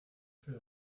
fais